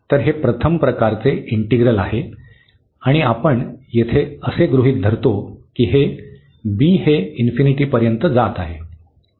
तर हे प्रथम प्रकारचे इंटिग्रल आहे आणि आपण येथे असे गृहित धरतो की हे b हे पर्यंत जात आहे